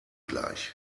gleich